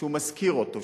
שהוא משכיר אותו,